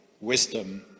wisdom